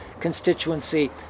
constituency